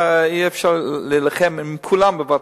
אי-אפשר להילחם בכולם בבת-אחת.